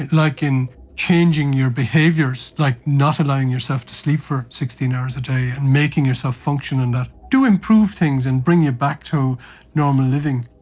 like in changing your behaviours, like not allowing yourself to sleep for sixteen hours a day and making yourself function in that do improve things and bring you back to normal living.